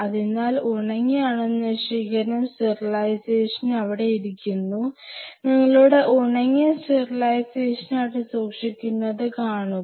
അതിനാൽ ഉണങ്ങിയ അണുനശീകരണം സ്റ്റെറിലൈസേഷൻ അവിടെ ഇരിക്കുന്നു നിങ്ങളുടെ ഉണങ്ങിയ സ്റ്റെറിലൈസേർ അവിടെ സൂക്ഷിക്കുന്നത് കാണുക